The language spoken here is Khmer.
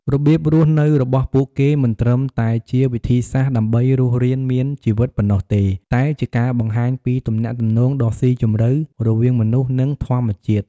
របៀបរស់នៅរបស់ពួកគេមិនត្រឹមតែជាវិធីសាស្រ្តដើម្បីរស់រានមានជីវិតប៉ុណ្ណោះទេ តែជាការបង្ហាញពីទំនាក់ទំនងដ៏ស៊ីជម្រៅរវាងមនុស្ស និងធម្មជាតិ។